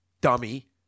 dummy